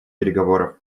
переговоров